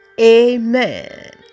amen